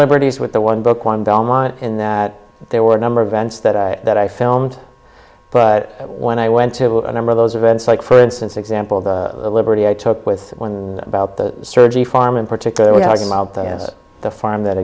liberties with the one book one belmont in that there were a number of events that i that i filmed but when i went to a number of those events like for instance example the liberty i took with when about the surgery farm in particular we have the farm that